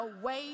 away